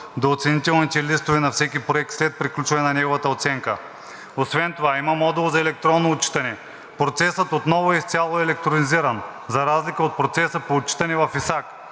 до оценителните листове на всеки проект след приключване на неговата оценка. Освен това има модул за електронно отчитане. Процесът отново изцяло е електронизиран за разлика от процеса по отчитане в ИСАК.